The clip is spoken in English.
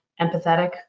empathetic